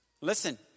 Listen